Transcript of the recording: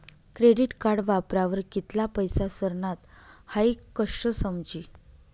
credit card वापरावर कित्ला पैसा सरनात हाई कशं समजी